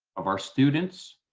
of our students,